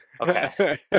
okay